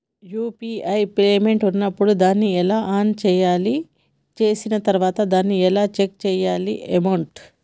UPI payment ఉన్నప్పుడు దాన్ని ఎలా ఆన్ చేయాలి? చేసిన తర్వాత దాన్ని ఎలా చెక్ చేయాలి అమౌంట్?